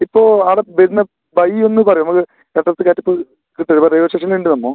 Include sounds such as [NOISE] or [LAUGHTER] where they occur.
ഇപ്പോൾ അവിടെ വരുന്ന വഴി ഒന്ന് പറയുമോ നമ്മൾക്ക് ഇവിടെ നിന്ന് [UNINTELLIGIBLE] ഇപ്പോൾ റെയിൽവേ സ്റ്റേഷനിലുണ്ട് നമ്മൾ